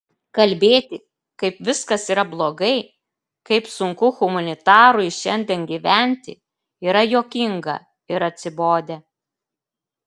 kalbėti kaip viskas yra blogai kaip sunku humanitarui šiandien gyventi yra juokinga ir atsibodę